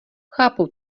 chápu